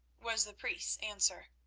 was the priest's answer.